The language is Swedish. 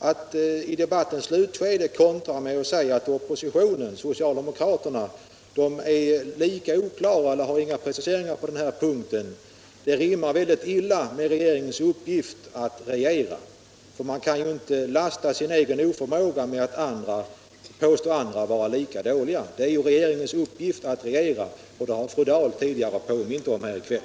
Att i debattens slutskede kontra med att säga att oppositionen, socialdemokraterna, är lika oklara eller att de inte har någon precisering på den här punkten, det rimmar mycket illa med regeringens uppgift att regera! Man kan ju inte ursäkta sin egen oförmåga med att påstå att andra är lika dåliga! Det är regeringens uppgift att regera, det har fru Dahl tidigare påmint om här i kväll.